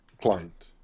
client